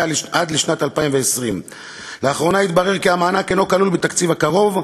לפריפריה עד לשנת 2020. לאחרונה התברר כי המענק אינו כלול בתקציב הקרוב,